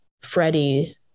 Freddie